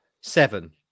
Seven